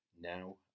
now